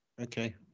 Okay